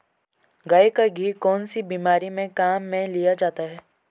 गाय का घी कौनसी बीमारी में काम में लिया जाता है?